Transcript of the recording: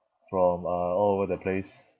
from uh all over the place